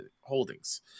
holdings